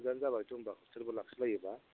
थिगानो जाबायथ' होनबा हस्थेलबो लाखिलायोबा